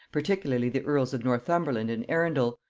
particularly the earls of northumberland and arundel,